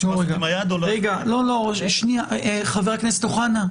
את רק עושה עם היד או שיש לך גם --- חבר הכנסת אוחנה,